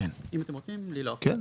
אם אתם רוצים לי לא משנה,